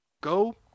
go